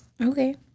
Okay